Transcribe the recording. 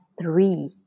three